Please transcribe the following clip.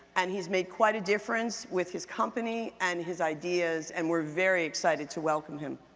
and he's made quite a difference with his company and his ideas, and we're very excited to welcome him.